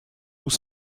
nous